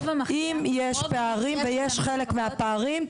אם יש פערים ויש חלק מהפערים,